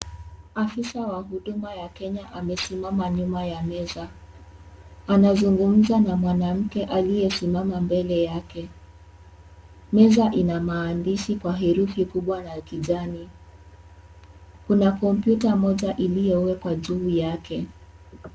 Afisa wa huduma ya Kenya amesimama nyuma ya meza, anazungumza na mwanamke aliyesimama mbele yake. Meza ina maandishi kwa herufi kubwa na kijani. Kuna komputa moja iliyoowekwa juu yake.